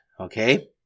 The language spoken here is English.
okay